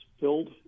filled